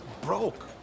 broke